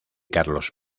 carlos